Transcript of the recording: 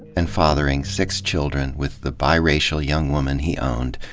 and fathering six children with the biracial young woman he owned,